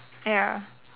ya